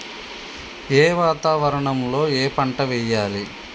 ఏ వాతావరణం లో ఏ పంట వెయ్యాలి?